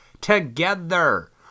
together